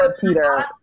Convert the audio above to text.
Peter